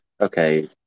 okay